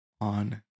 on